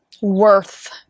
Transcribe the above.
worth